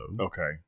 Okay